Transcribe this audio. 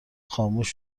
خاموش